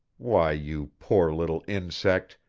why, you poor little insect,